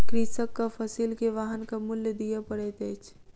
कृषकक फसिल के वाहनक मूल्य दिअ पड़ैत अछि